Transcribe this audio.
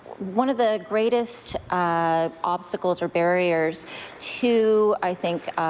one of the greatest ah obstacles or barriers to i think